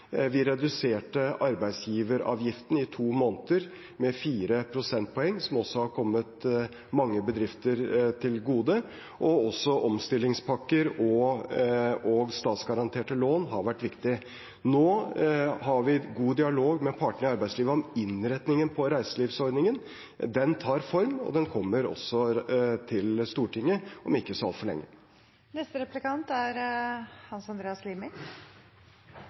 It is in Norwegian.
Vi reduserte arbeidsgiveravgiften i to måneder med fire prosentpoeng, som også har kommet mange bedrifter til gode. Også omstillingspakker og statsgaranterte lån har vært viktig. Nå har vi en god dialog med partene i arbeidslivet om innretningen på reiselivsordningen. Den tar form og kommer til Stortinget om ikke så altfor lenge.